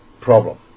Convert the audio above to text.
problem